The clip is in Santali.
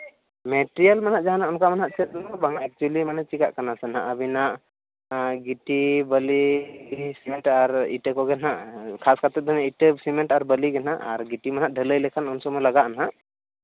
ᱢᱮᱴᱮᱨᱤᱭᱟᱞ ᱢᱟᱱᱮ ᱡᱟᱦᱟᱱᱟᱜ ᱚᱱᱠᱟ ᱢᱟᱦᱟᱸᱜ ᱪᱮᱫ ᱦᱚᱸ ᱵᱟᱝᱼᱟ ᱮᱠᱪᱩᱞᱞᱤ ᱢᱟᱱᱮ ᱪᱤᱠᱟᱜ ᱠᱟᱱᱟ ᱥᱮ ᱦᱟᱸᱜ ᱟᱹᱵᱤᱱᱟᱜ ᱜᱤᱴᱤ ᱵᱟᱹᱞᱤ ᱥᱤᱢᱮᱱᱴ ᱟᱨ ᱤᱴᱟᱹ ᱠᱚᱜᱮ ᱦᱟᱸᱜ ᱠᱷᱟᱥ ᱠᱟᱛᱮᱫ ᱫᱚ ᱤᱴᱟᱹ ᱥᱤᱢᱮᱱᱴ ᱟᱨ ᱵᱟᱹᱞᱤ ᱜᱮ ᱦᱟᱸᱜ ᱟᱨ ᱜᱤᱴᱤ ᱢᱟ ᱦᱟᱸᱜ ᱰᱷᱟᱹᱞᱟᱹᱭ ᱞᱮᱠᱷᱟᱱ ᱩᱱ ᱥᱚᱢᱚᱭ ᱞᱟᱜᱟᱜᱼᱟ ᱦᱟᱸᱜ